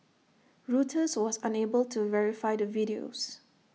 Reuters was unable to verify the videos